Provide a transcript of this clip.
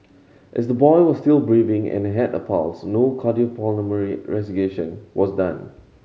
as the boy was still breathing and had a pulse no cardiopulmonary was done